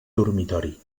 dormitori